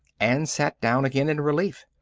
and sat down again in relief.